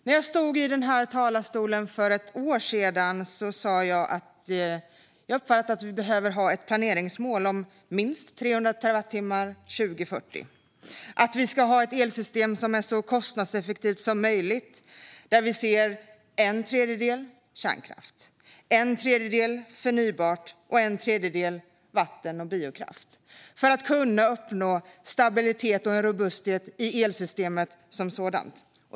När jag stod i den här talarstolen för ett år sedan sa jag att jag uppfattade att vi behöver ett planeringsmål om minst 300 terawattimmar 2040 och att vi ska ha ett elsystem som är så kostnadseffektivt som möjligt, där vi ser en tredjedel kärnkraft, en tredjedel förnybart och en tredjedel vatten och biokraft för att kunna uppnå stabilitet och robusthet i elsystemet som sådant.